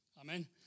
Amen